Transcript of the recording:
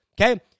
Okay